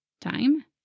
Time